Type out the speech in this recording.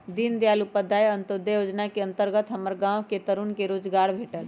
दीनदयाल उपाध्याय अंत्योदय जोजना के अंतर्गत हमर गांव के तरुन के रोजगार भेटल